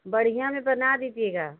बढ़िया में बना दीजिएगा